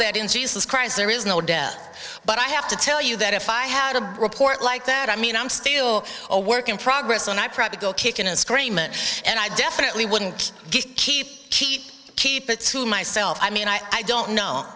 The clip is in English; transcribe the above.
that in jesus christ there is no death but i have to tell you that if i had a report like that i mean i'm still a work in progress and i probably go kicking and screaming and i definitely wouldn't keep keep keep it to myself i mean i don't know